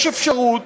יש אפשרות,